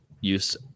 use